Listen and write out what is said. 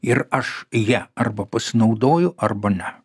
ir aš ja arba pasinaudoju arba ne